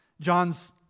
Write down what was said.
John's